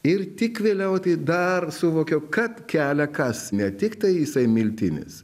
ir tik vėliau tai dar suvokiau kad kelia kas ne tiktai jisai miltinis